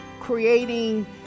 creating